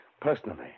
personally